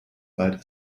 wald